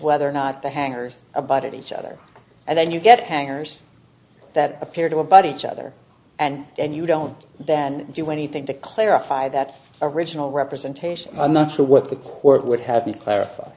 whether or not the hangers about each other and then you get hangers that appear to abut each other and then you don't do anything to clarify that's original representation i'm not sure what the court would have been clarif